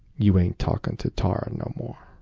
you ain't talking to tara no more.